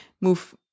move